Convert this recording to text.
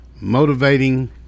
motivating